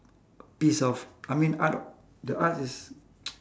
piece of I mean art the art is